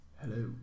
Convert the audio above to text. Hello